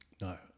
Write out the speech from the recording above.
No